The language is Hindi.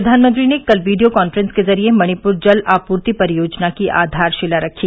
प्रधानमंत्री ने कल वीडियो कांफ्रेंस के जरिये मणिपुर जल आपूर्ति परियोजना की आधारशिला रखी